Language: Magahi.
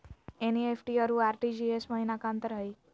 एन.ई.एफ.टी अरु आर.टी.जी.एस महिना का अंतर हई?